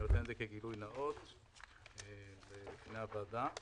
אני אומר את זה כגילוי נאות בפני הוועדה.